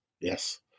yes